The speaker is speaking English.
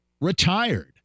retired